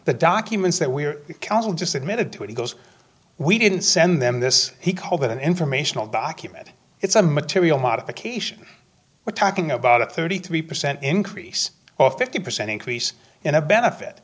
the documents that we're council just admitted to it goes we didn't send them this he called it an informational document it's a material modification we're talking about a thirty three percent increase or fifty percent increase in a benefit